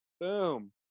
Boom